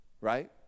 right